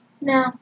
No